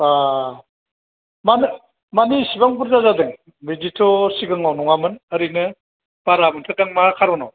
मानो मानो एसेबां बुरजा जादों बिदिथ' सिगाङाव नङामोन ओरैनो बारा मोनथारदों आं मा खार'नाव